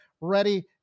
ready